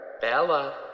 Bella